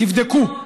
תבדקו.